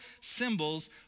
symbols